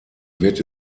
wird